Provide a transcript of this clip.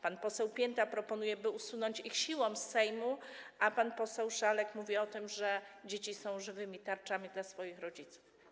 Pan poseł Pięta proponuje, by usunąć ich siłą z Sejmu, a pan poseł Żalek mówi o tym, że dzieci są żywymi tarczami dla swoich rodziców.